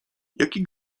jaki